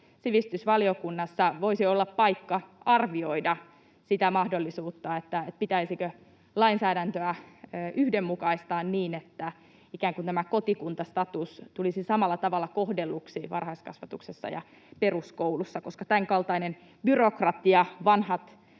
sivistysvaliokunnassa voisi olla paikka arvioida sitä mahdollisuutta, pitäisikö lainsäädäntöä yhdenmukaistaa niin, että tämä kotikuntastatus tulisi samalla tavalla kohdelluksi varhaiskasvatuksessa ja peruskoulussa, koska tämänkaltainen byrokratia, vanhat